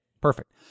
Perfect